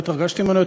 מולדתנו,